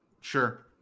Sure